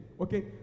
okay